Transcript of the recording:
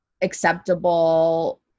acceptable